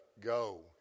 go